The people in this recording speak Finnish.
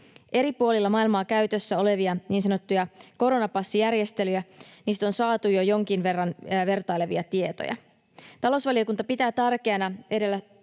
Eri puolilla maailmaa käytössä olevista niin sanotuista koronapassijärjestelyistä on saatu jo jonkin verran vertailevia tietoja. Talousvaliokunta pitää tärkeänä edellä